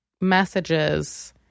messages